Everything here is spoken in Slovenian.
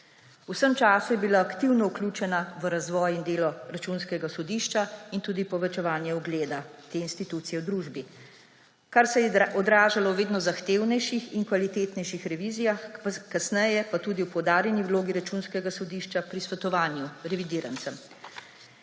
vsem času je bila aktivno vključena v razvoj in delo Računskega sodišča in tudi povečevanje ugleda te institucije v družbi, kar se je odražalo v vedno zahtevnejših in kvalitetnejših revizijah, kasneje pa tudi v poudarjeni vlogi Računskega sodišča pri svetovanju revidirancem.